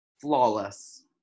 flawless